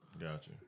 Gotcha